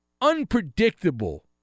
unpredictable